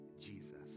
Jesus